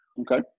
Okay